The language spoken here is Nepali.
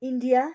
इन्डिया